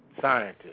scientists